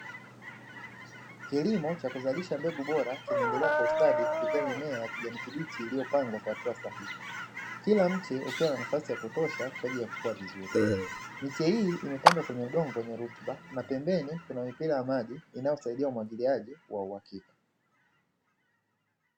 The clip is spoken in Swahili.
Kilimo cha kuzalisha mbegu bora kinaendelea kwa ustadi, kupitia mimea ya kijani kibichi iliyopangwa kwa hatua sahihi. Kila mtu ukiwa na nafasi ya kutosha kwa ajili ya kukua vizuri, miche hii imepandwa kwenye udongo wenye rutuba, na pembeni kuna mipira ya maji inayosaidia umwagiliaji wa uhakika.